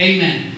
Amen